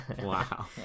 wow